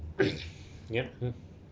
yup hmm